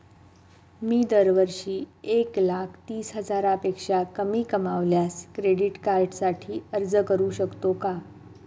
मी दरवर्षी एक लाख तीस हजारापेक्षा कमी कमावल्यास क्रेडिट कार्डसाठी अर्ज करू शकतो का?